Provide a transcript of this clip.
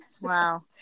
Wow